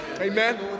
Amen